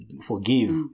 forgive